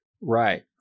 right